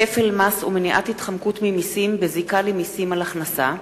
כפל מס ומניעת התחמקות ממסים בזיקה למסים על הכנסה,